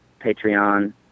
Patreon